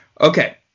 Okay